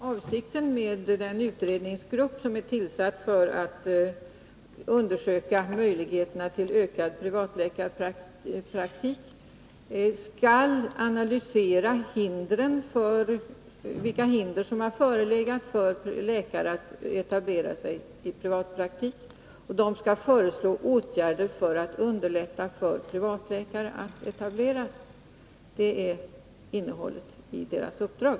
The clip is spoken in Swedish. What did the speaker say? Herr talman! Den utredningsgrupp som är tillsatt för att undersöka möjligheterna till ökad privatläkaretablering skall analysera vilka hinder som har förelegat för läkare att etablera sig i privatpraktik. Gruppen skall också föreslå åtgärder för att underlätta för privatläkare att etablera sig. Det är innehållet i gruppens uppdrag.